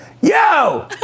Yo